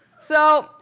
so,